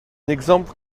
exemple